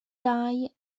dau